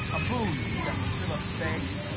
a boon doth philip beg.